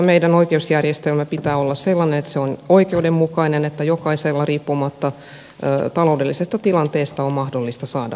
meidän oikeusjärjestelmämme pitää olla sellainen että se on oikeudenmukainen että jokaisella riippumatta taloudellisesta tilanteesta on mahdollista saada oikeutta